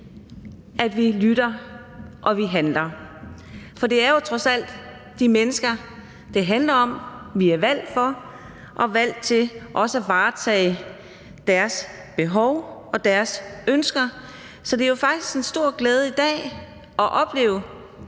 at vi lytter, og at vi handler. For det er jo trods alt de mennesker, det handler om, som vi er valgt for, og også er valgt til at varetage deres behov og deres ønsker. Så det er jo faktisk en stor glæde i dag at opleve